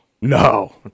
No